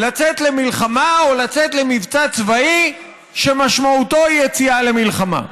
מחליטה לצאת למלחמה או לצאת למבצע צבאי שמשמעותו יציאה למלחמה.